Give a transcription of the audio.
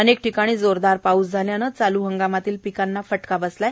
अनेक ठिकाणी जोरदार पाऊस झाल्याने चालू हंगामातील पिकांना फटका बसला आहे